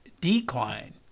decline